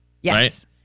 yes